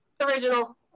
original